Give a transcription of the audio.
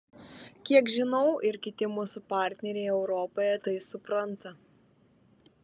kiek žinau ir kiti mūsų partneriai europoje tai supranta